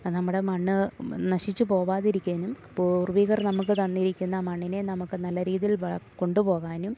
നമ്മുടെ മണ്ണ് നശിച്ച് പോകാതിരിക്കാനും പൂർവ്വികർ നമുക്ക് തന്നിരിക്കുന്ന ആ മണ്ണിനെ നമുക്ക് നല്ല രീതിയിൽ കൊണ്ടു പോകാനും